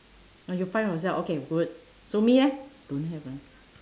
ah you fly yourself okay good so me eh don't have eh